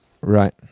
Right